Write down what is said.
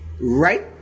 right